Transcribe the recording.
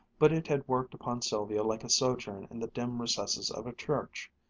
but it had worked upon sylvia like a sojourn in the dim recesses of a church.